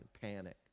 panic